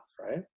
right